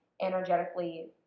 energetically